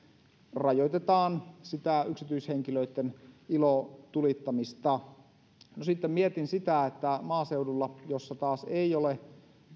rajoitetaan sitä yksityishenkilöitten ilotulittamista sitten mietin sitä että maaseudulla jossa taas ei ole